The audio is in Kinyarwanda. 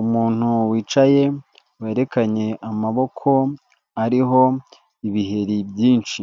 Umuntu wicaye werekanye amaboko ariho ibiheri byinshi,